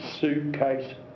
suitcase